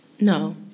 No